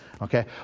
okay